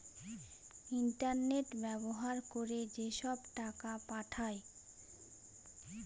internet ব্যবহার করে যেসব টাকা পাঠায়